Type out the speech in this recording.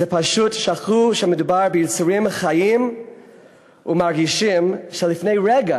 זה שפשוט שכחו שמדובר ביצורים חיים ומרגישים שלפני רגע